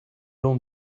room